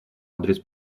адрес